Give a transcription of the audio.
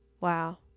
Wow